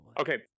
Okay